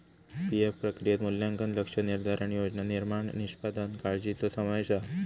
PF प्रक्रियेत मूल्यांकन, लक्ष्य निर्धारण, योजना निर्माण, निष्पादन काळ्जीचो समावेश हा